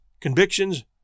convictions